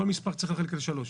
כל מספר צריך להתחלק לשלוש.